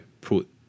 put